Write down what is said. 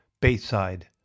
Bayside